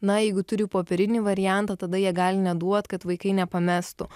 na jeigu turi popierinį variantą tada jie gali neduot kad vaikai nepamestų